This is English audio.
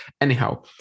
Anyhow